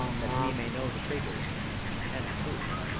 that we may know the traitors and the truth!